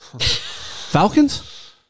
Falcons